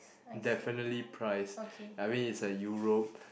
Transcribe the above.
definitely price I mean it's at Europe